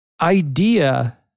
idea